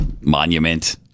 monument